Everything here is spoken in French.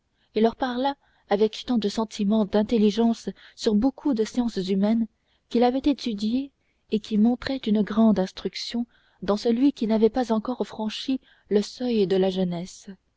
et leur parla avec tant de sentiment d'intelligence sur beaucoup de sciences humaines qu'il avait étudiées et qui montraient une grande instruction dans celui qui n'avait pas encore franchi le seuil de la jeunesse